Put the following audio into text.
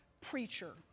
preacher